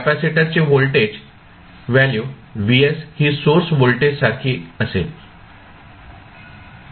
capacitor ची voltage value Vs ही source voltage सारखी असेल